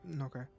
okay